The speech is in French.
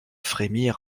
frémir